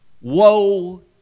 Woe